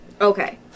Okay